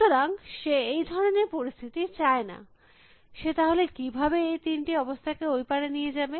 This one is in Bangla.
সুতরাং সে এই ধরনের পরিস্থিতি চায়না সে তাহলে কিভাবে এই তিনটি অবস্থাকে ওই পারে নিয়ে যাবে